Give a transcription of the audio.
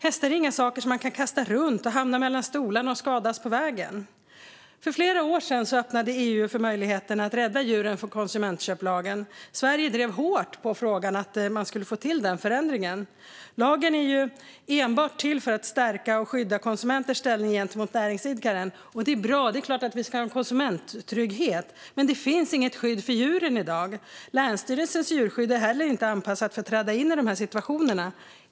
Hästar är inga saker som kan kastas runt, hamna mellan stolarna och skadas på vägenFör flera år sedan öppnade EU för möjligheten att rädda djuren från konsumentköplagen. Sverige drev frågan hårt för att få till förändringen. Lagen är enbart till för att stärka och skydda konsumentens ställning gentemot näringsidkaren. Det är bra; det är klart att vi ska ha en konsumenttrygghet. Men det finns inget skydd för djuren i dag. Länsstyrelsens djurskydd är inte heller anpassat för att träda in i dessa situationer.